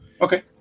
Okay